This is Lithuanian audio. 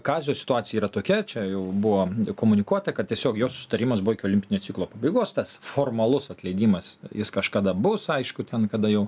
kazio situacija yra tokia čia jau buvo komunikuota kad tiesiog jo susitarimas buvo iki olimpinio ciklo pabaigos tas formalus atleidimas jis kažkada bus aišku ten kada jau